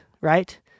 right